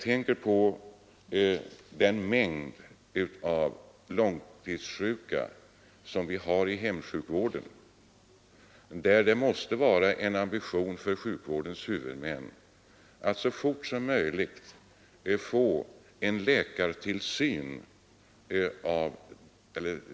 För den mängd långtidssjuka som vi har inom hemsjukvården måste ambitionen för sjukvårdens huvudmän vara att så fort som möjligt ge dem läkartillsyn.